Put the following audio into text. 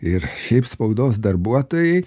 ir šiaip spaudos darbuotojai